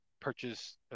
purchase